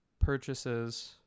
purchases